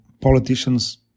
politicians